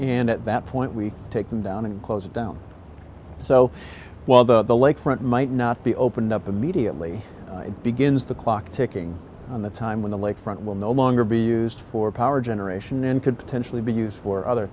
and at that point we take them down and close it down so while the lakefront might not be opened up immediately it begins the clock ticking on the time when the lakefront will no longer be used for power generation and could potentially be used for other